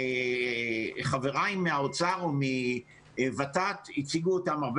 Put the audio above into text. שחבריי מהאוצר ומות"ת הציגו אותן הרבה